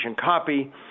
copy